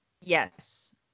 Yes